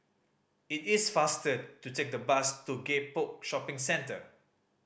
it is faster to take the bus to Gek Poh Shopping Centre